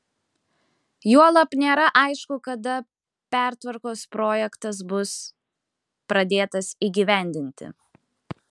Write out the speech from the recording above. juolab nėra aišku kada pertvarkos projektas bus pradėtas įgyvendinti